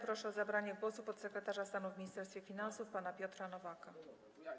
Proszę o zabranie głosu podsekretarza stanu w Ministerstwie Finansów pana Piotra Nowaka.